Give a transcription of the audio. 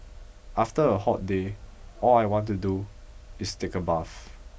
after a hot day all I want to do is take a bath